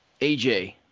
AJ